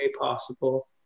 possible